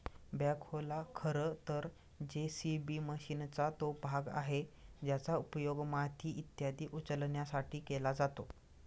बॅखोला खरं तर जे.सी.बी मशीनचा तो भाग आहे ज्याचा उपयोग माती इत्यादी उचलण्यासाठी केला जातो